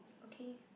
okay